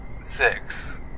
Six